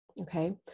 okay